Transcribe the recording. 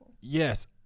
yes